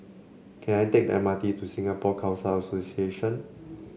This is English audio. can I take the M R T to Singapore Khalsa Association